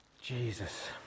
Jesus